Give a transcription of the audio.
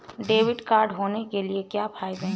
Debit card होने के क्या फायदे हैं?